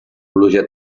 pluja